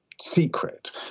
secret